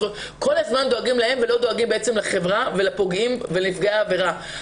כל הזמן דואגים להם ולא דואגים בעצם לחברה ולפוגעים ולנפגעי העבירה.